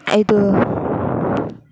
ಇದು